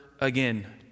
again